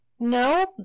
No